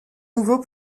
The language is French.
nouveau